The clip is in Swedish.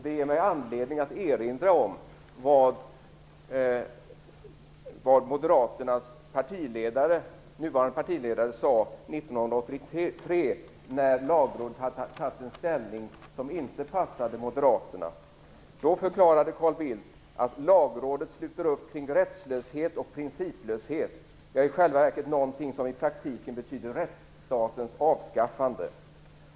Det ger mig anledning att erinra om vad moderaternas nuvarande partiledare sade 1983 när Lagrådet hade tagit en ställning som inte passade moderaterna. Då förklarade Carl Bildt att Lagrådet sluter upp kring rättslöshet och principlöshet, ja i praktiken och i själva verket någonting som betyder rättsstatens avskaffande.